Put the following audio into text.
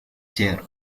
chair